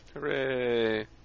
Hooray